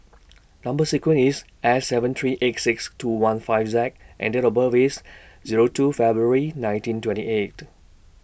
Number sequence IS S seven three eight six two one five Z and Date of birth IS Zero two February nineteen twenty eight